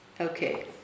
Okay